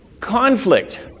Conflict